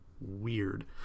weird